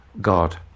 God